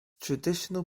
traditional